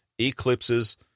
eclipses